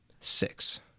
Six